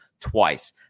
twice